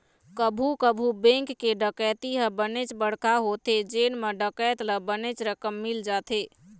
कभू कभू बेंक के डकैती ह बनेच बड़का होथे जेन म डकैत ल बनेच रकम मिल जाथे